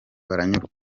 baranyurwa